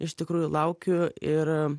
iš tikrųjų laukiu ir